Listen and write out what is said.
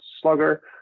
slugger